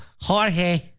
Jorge